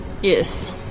Yes